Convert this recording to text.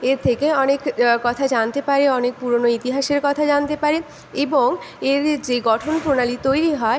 এর থেকে অনেক কথা জানতে পারে অনেক পুরোনো ইতিহাসের কথা জানতে পারে এবং এর যে গঠন প্রণালী তৈরি হয়